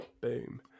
Boom